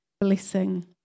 blessing